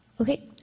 okay